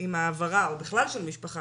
עם העברה או בכלל של משפחה